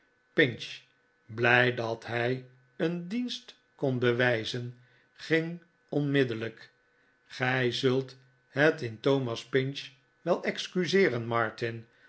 pinch blij dat hij een dienst kon bewijzen ging onmiddellijk gij zult het in thomas pinch wel excuseeren martin